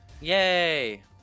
Yay